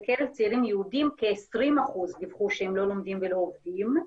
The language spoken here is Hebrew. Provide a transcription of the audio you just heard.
בקרב צעירים יהודים דיווחו כ-20% דיווחו שהם לא לומדים ולא עובדים.